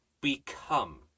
become